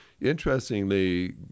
interestingly